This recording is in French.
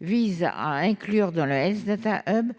vise à inclure dans le Health Data Hub